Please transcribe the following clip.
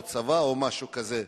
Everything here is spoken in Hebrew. צבא או משהו כזה.